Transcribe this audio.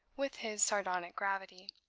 with his sardonic gravity.